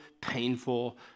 painful